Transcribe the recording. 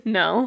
no